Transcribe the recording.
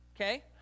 okay